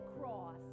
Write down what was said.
cross